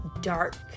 dark